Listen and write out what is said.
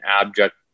abject